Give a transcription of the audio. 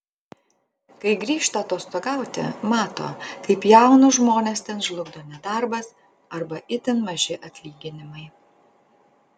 kai grįžta atostogauti mato kaip jaunus žmones ten žlugdo nedarbas arba itin maži atlyginimai